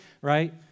right